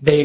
they